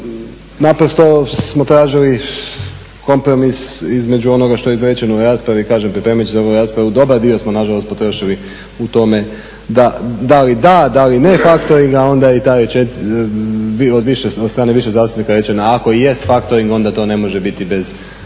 naprosto smo tražili kompromis između onoga što je izrečeno u raspravi. Kažem pripremajući se za ovu raspravu dobar dio smo nažalost potrošili u tome da li da, da li ne faktoring a onda i ta od strane više zastupnika rečena ako i jest faktoring onda to ne može biti bez